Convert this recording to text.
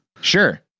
Sure